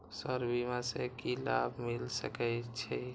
Sir बीमा से की लाभ मिल सके छी?